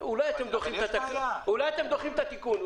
אולי אתם דוחים את התיקון?